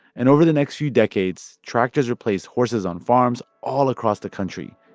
and over the next few decades, tractors replaced horses on farms all across the country.